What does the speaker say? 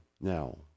now